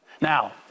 Now